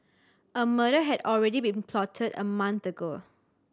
a murder had already been plotted a month ago